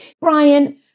Brian